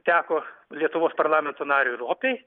teko lietuvos parlamento nariui ropei